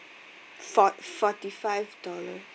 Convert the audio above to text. fort~ forty five dollars